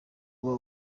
uba